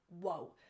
whoa